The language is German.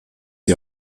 die